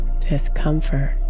discomfort